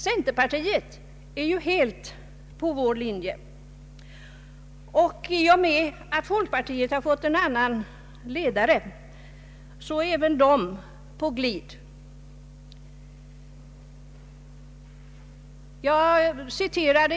Centerpartiet är helt på vår linje, och i och med att folkpartiet har fått en annan ledare är man också inom det partiet på glid.